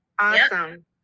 Awesome